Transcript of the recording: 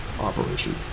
operation